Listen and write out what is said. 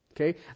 Okay